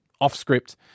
off-script